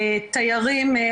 תיירים,